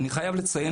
אני חייב לציין